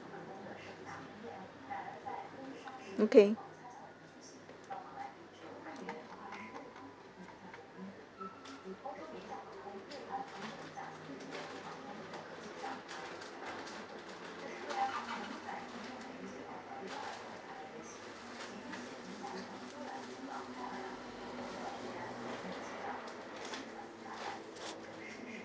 okay